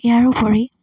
ইয়াৰ উপৰি